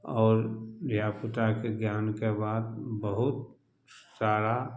आओर धियापुताके ज्ञानके बात बहुत सारा